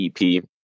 EP